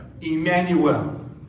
Emmanuel